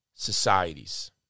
societies